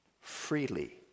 freely